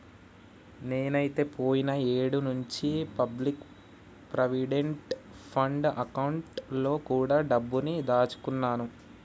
నేనైతే పోయిన ఏడు నుంచే పబ్లిక్ ప్రావిడెంట్ ఫండ్ అకౌంట్ లో కూడా డబ్బుని దాచుకున్నాను